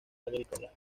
agrícolas